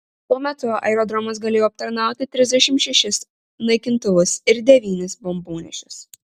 tuo metu aerodromas galėjo aptarnauti trisdešimt šešis naikintuvus ir devynis bombonešius